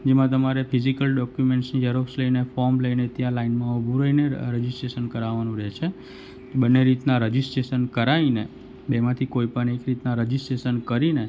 જેમાં તમારે ફિઝીકલ ડોક્યુમેન્ટસની ઝેરોક્સ લઈને ફોર્મ લઈને ત્યાં લાઈનમાં ઊભું રહીને રજીસ્ટ્રેશન કરાવવાનું રહે છે બંને રીતના રજીસ્ટ્રેશન કરાઈને બેમાંથી કોઈપણ એક રીતના રજીસ્ટ્રેશન કરીને